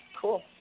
Cool